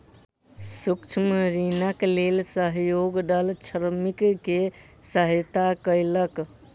सूक्ष्म ऋणक लेल सहयोग दल श्रमिक के सहयता कयलक